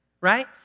right